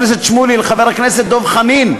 לחבר הכנסת שמולי, לחבר הכנסת דב חנין,